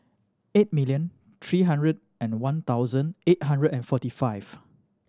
eight million three hundred and one thousand eight hundred and forty five